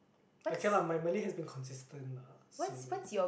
okay lah my Malay has been consistent lah so